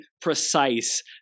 precise